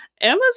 Amazon